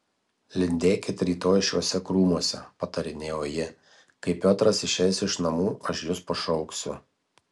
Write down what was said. lindėkit rytoj šiuose krūmuose patarinėjo ji kai piotras išeis iš namų aš jus pašauksiu